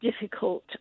difficult